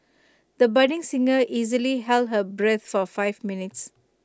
the budding singer easily held her breath for five minutes